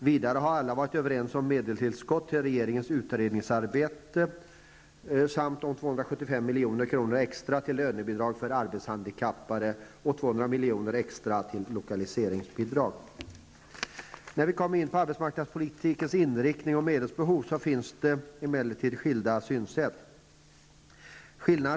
Vidare har alla varit överens om medelstillskott till regeringens utredningsarbete samt om 275 milj.kr. extra till lönebidrag för arbetshandikappade och 200 milj.kr. extra till lokaliseringsbidrag. När vi kommer in på arbetsmarknadspolitikens inriktning och medelsbehov finns emellertid skilda synsätt.